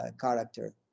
character